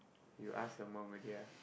you ask your mom already ah